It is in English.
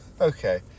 Okay